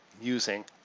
using